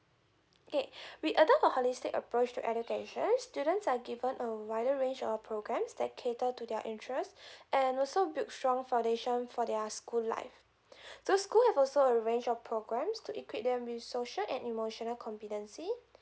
okay we adopt a holistic approach to education students are given a wider range of programmes that cater to their interest and also build strong foundation for their school life so school have also a range of programmes to equip them be social and emotional competency